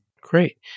Great